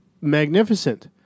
magnificent